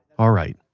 alright,